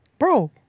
Bro